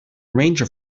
ranger